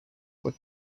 were